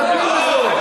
נתקן זאת.